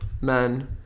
men